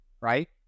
right